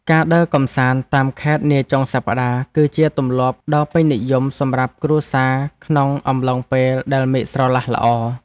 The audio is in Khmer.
ការដើរកម្សាន្តតាមខេត្តនាចុងសប្តាហ៍ គឺជាទម្លាប់ដ៏ពេញនិយមសម្រាប់គ្រួសារក្នុងអំឡុងពេលដែលមេឃស្រឡះល្អ។